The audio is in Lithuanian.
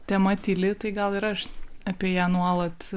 tema tyli tai gal ir aš apie ją nuolat